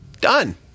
Done